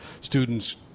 students